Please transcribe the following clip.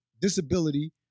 disability